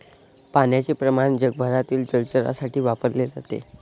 पाण्याचे प्रमाण जगभरातील जलचरांसाठी वापरले जाते